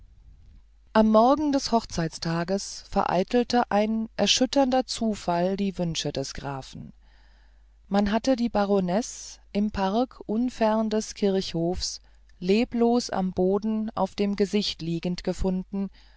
am morgen des hochzeitstages vereitelte ein erschütternder zufall die wünsche des grafen man hatte die baronesse im park unfern des kirchhofes leblos am boden auf dem gesicht liegend gefunden